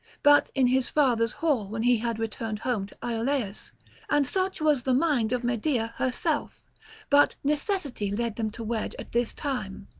but in his father's hall when he had returned home to ioleus and such was the mind of medea herself but necessity led them to wed at this time.